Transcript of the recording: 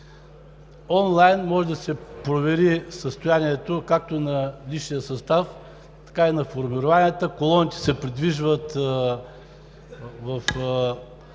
Онлайн може да се провери състоянието както на висшия състав, така и на формированията, колоните се придвижват